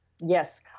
Yes